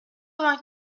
vingt